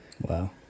wow